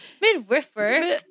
Midwifery